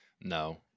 No